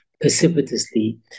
precipitously